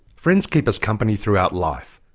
friends keep us company throughout life.